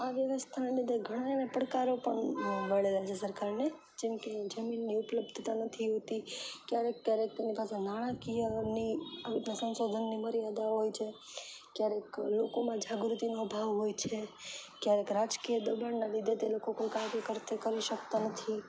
આ વ્યવસ્થાને લીધે ઘણાંયને પડકારો પણ મળે છે સરકારને જેમકે જમીનની ઉપલબ્ધતા નથી હોતી ક્યારેક ક્યારેક તેમની પાસે નાણાકીયની આવી સંશાધનની મર્યાદાઓ હોય છે ક્યારેક લોકોમાં જાગૃતિનો અભાવ હોય છે ક્યારેક રાજકીય દબાણના લીધે તે લોકો કોઈ કાર્ય કરી શકતા નથી